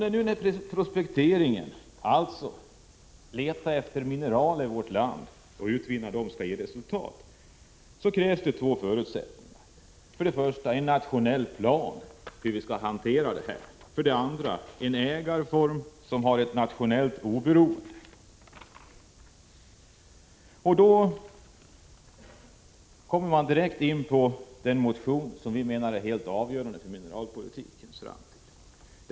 Men om prospekteringen — alltså att leta efter mineraler i vårt land för att utvinna dem — skall ge resultat, krävs det två förutsättningar. För det första krävs en nationell plan för hur vi skall hantera det här. För det andra krävs en ägarform som har nationellt oberoende. Då kommer man direkt in på den motion som vi menar är helt avgörande för mineralpolitikens framtid.